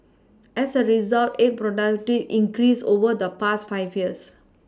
as a result egg productivity increased over the past five years